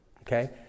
Okay